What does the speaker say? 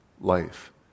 life